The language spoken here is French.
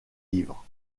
livre